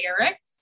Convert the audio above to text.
Eric